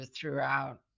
throughout